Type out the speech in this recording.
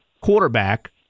quarterback